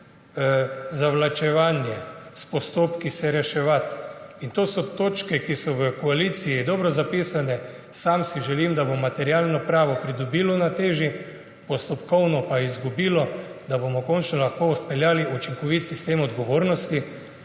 zavlačevanje, s postopki se reševati. To so točke, ki so v koaliciji dobro zapisane. Sam si želim, da bo materialno pravo pridobilo na teži, postopkovno pa izgubilo, da bomo končno lahko vpeljali učinkovit sistem odgovornosti